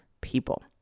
people